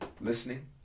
listening